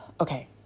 okay